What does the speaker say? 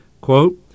quote